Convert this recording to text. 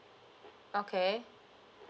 okay